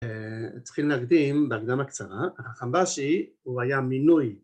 צריכים להקדים בהקדמה הקצרה, החמבאשי הוא היה מינוי